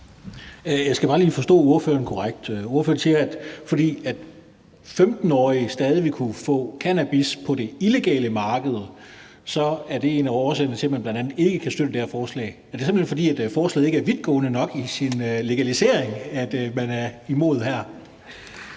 Jeg skal bare lige forstå ordføreren korrekt. Ordføreren siger, at det, at 15-årige stadig vil kunne få cannabis på det illegale marked, er en af årsagerne til, at man bl.a. ikke kan støtte det her forslag. Er det simpelt hen, fordi forslaget ikke er vidtgående nok i forhold til legalisering, at man her er